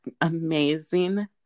amazing